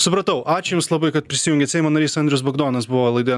supratau ačiū jums labai kad prisijungėt seimo narys andrius bagdonas buvo laidoje